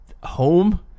home